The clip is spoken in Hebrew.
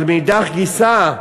אבל מאידך גיסא,